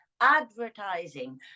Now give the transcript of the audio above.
advertising